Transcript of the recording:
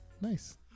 nice